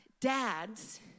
dads